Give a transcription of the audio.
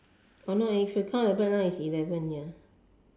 oh no if you count the black line is eleven ya